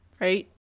right